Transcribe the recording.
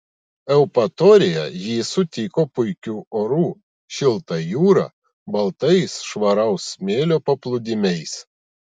eupatorija jį sutiko puikiu oru šilta jūra baltais švaraus smėlio paplūdimiais